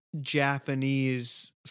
Japanese